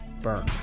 burn